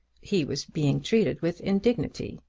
he was being treated with indignity,